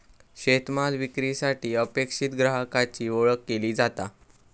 शेतमाल विक्रीसाठी अपेक्षित ग्राहकाची ओळख केली जाता